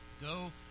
Go